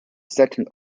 second